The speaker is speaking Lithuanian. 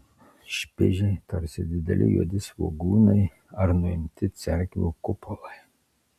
špižiai tarsi dideli juodi svogūnai ar nuimti cerkvių kupolai